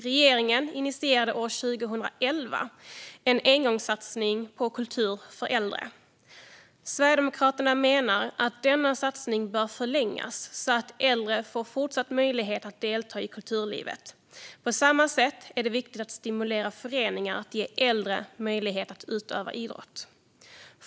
Regeringen initierade 2011 en engångssatsning på kultur för äldre. Sverigedemokraterna menar att denna satsning bör förlängas så att äldre får fortsatt möjlighet att delta i kulturlivet. På samma sätt är det viktigt att stimulera föreningar att ge äldre möjlighet att utöva idrott.